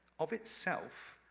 of itself,